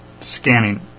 Scanning